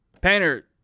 Painter